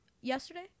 Yesterday